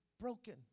broken